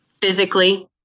physically